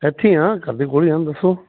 ਐਥੀ ਆ ਘਰ ਦੀ ਕੋਲੇ ਆ ਦੱਸੋ